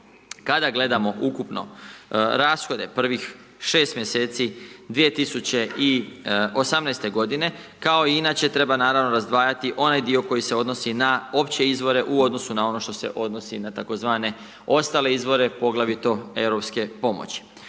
Kada gledamo ukupno rashode prvih 6 mjeseci 2018. godine kao i inače treba naravno razdvajati onaj dio koji se odnosi na opće izvore u odnosu na ono što se odnosi na tzv. ostale izvore, poglavito europske pomoći.